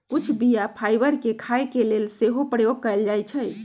कुछ बीया फाइबर के खाय के लेल सेहो प्रयोग कयल जाइ छइ